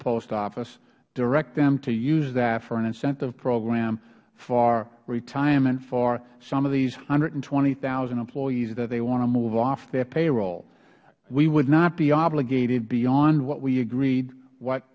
post office direct them to use that for an incentive program for retirement for some of these one hundred and twenty thousand employees that they want to move off their payroll we would not be obligated beyond what we agreed what